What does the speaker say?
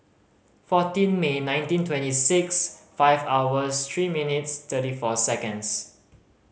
fourteen May nineteen twenty six five hours three minutes thirty four seconds